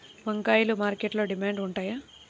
వంకాయలు మార్కెట్లో డిమాండ్ ఉంటాయా?